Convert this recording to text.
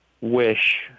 wish